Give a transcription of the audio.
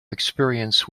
experience